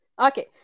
okay